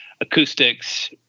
acoustics